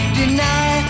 deny